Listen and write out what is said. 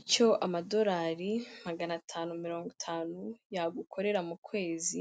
Icyo amadolari magana atanu mirongo itanu yagukorera mu kwezi